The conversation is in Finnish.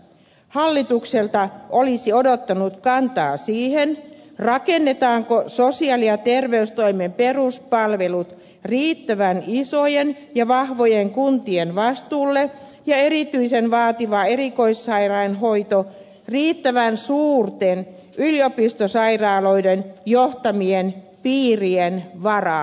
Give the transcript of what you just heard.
hallitukselta olisi odottanut kantaa siihen rakennetaanko sosiaali ja terveystoimen peruspalvelut riittävän isojen ja vahvojen kuntien vastuulle ja erityisen vaativa erikoissairaanhoito riittävän suurten yliopistosairaaloiden johtamien piirien varaan